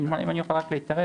אם אני יכול רק להתערב?